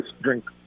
drink